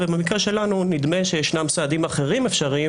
ובמקרה שלנו נדמה שישנם סעדים אחרים אפשריים,